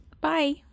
bye